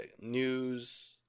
news